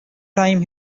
time